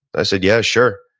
i said, yeah, sure.